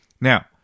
Now